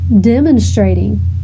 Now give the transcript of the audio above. demonstrating